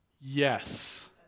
Yes